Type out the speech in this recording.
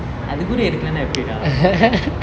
அது கூட எடுக்கலனா எப்டிடா:athu koode edukkelena epdida